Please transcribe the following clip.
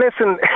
listen